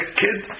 kid